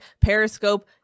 Periscope